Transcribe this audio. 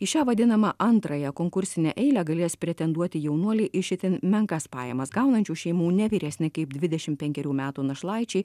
į šią vadinamą antrąją konkursinę eilę galės pretenduoti jaunuoliai iš itin menkas pajamas gaunančių šeimų ne vyresni kaip dvidešim penkerių metų našlaičiai